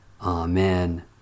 Amen